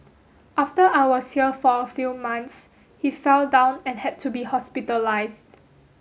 after I was here for a few months he fell down and had to be hospitalised